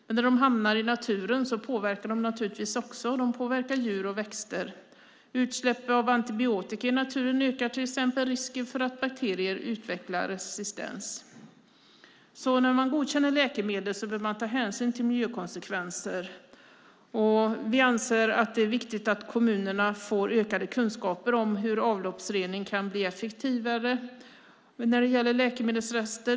Men när de hamnar i naturen påverkar de naturligtvis där också. De påverkar djur och växter. Utsläpp av antibiotika i naturen ökar till exempel risken för att bakterier utvecklar resistens. När man godkänner läkemedel behöver man ta hänsyn till miljökonsekvenser. Vi anser att det är viktigt att kommunerna får ökade kunskaper om hur avloppsrening kan bli effektivare när det gäller läkemedelsrester.